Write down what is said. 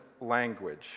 language